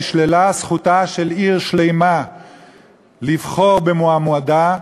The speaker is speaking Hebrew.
נשללה זכותה של עיר שלמה לבחור במועמדה.